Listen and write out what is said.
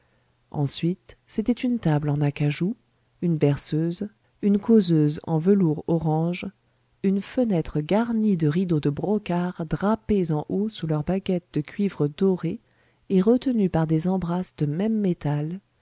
ensuite c'était une table en acajou une berceuse une causeuse en velours orange une fenêtre garnie de rideaux de brocard drapés en haut sous leur baguette de cuivre doré et retenus par des embrasses de même métal